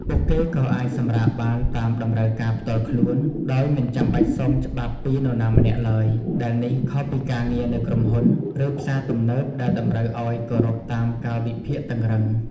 ពួកគេក៏អាចសម្រាកបានតាមតម្រូវការផ្ទាល់ខ្លួន ដោយមិនចាំបាច់សុំច្បាប់ពីនរណាម្នាក់ឡើយ ដែលនេះខុសពីការងារនៅក្រុមហ៊ុន ឬផ្សារទំនើបដែលតម្រូវឲ្យគោរពតាមកាលវិភាគតឹងរ៉ឹង។